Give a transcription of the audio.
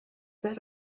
that